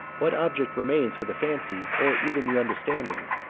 what object remains for the fancy, or even the understanding,